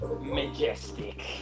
Majestic